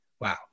Wow